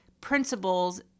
principles